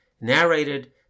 narrated